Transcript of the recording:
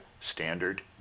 standard